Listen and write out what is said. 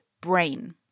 brain